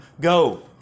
go